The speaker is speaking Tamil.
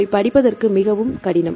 அவைப் படிப்பதற்கு மிகவும் கடினம்